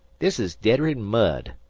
this is deader'n mud.